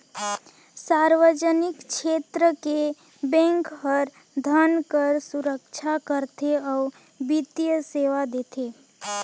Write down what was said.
सार्वजनिक छेत्र के बेंक हर धन कर सुरक्छा करथे अउ बित्तीय सेवा देथे